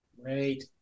Great